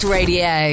Radio